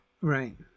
Right